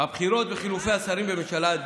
הבחירות וחילופי השרים בממשלה,